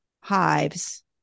hives